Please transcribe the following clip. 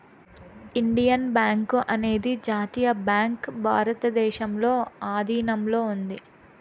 Indian bank అనేది జాతీయ bank భారతదేశంలో ఆధీనంలో ఉంది